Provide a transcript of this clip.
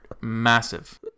massive